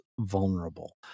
vulnerable